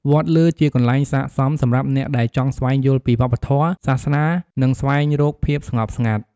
វត្តលើជាកន្លែងស័ក្តិសមសម្រាប់អ្នកដែលចង់ស្វែងយល់ពីវប្បធម៌ សាសនា និងស្វែងរកភាពស្ងប់ស្ងាត់។